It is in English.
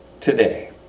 today